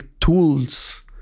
tools